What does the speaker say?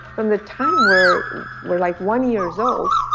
from the time we're we're like one years old,